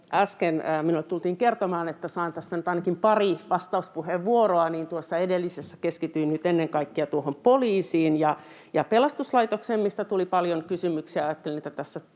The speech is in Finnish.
äsken minulle tultiin kertomaan, että saan tässä nyt ainakin pari vastauspuheenvuoroa. Tuossa edellisessä keskityin nyt ennen kaikkea poliisiin ja pelastuslaitokseen, mistä tuli paljon kysymyksiä.